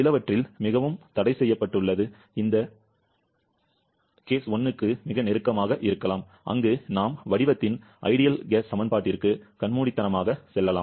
சிலவற்றில் மிகவும் தடைசெய்யப்பட்டுள்ளது வழக்குகள் 1 க்கு மிக நெருக்கமாக இருக்கலாம் அங்கு நாம் வடிவத்தின் சிறந்த வாயு சமன்பாட்டிற்கு கண்மூடித்தனமாக செல்லலாம்